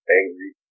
angry